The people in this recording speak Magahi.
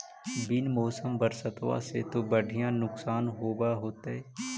बिन मौसम बरसतबा से तो बढ़िया नुक्सान होब होतै?